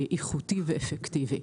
איכותי ואפקטיבי.